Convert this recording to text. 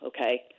Okay